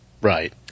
Right